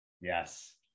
Yes